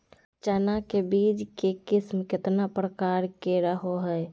चना के बीज के किस्म कितना प्रकार के रहो हय?